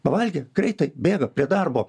pavalgę greitai bėga prie darbo